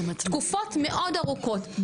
תקופות מאוד ארוכות,